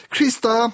Krista